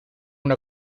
una